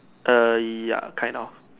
err ya kind of